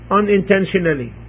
unintentionally